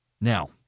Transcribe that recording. Now